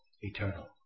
eternal